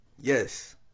Yes